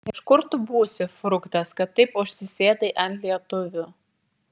ir iš kur tu būsi fruktas kad taip užsisėdai ant lietuvių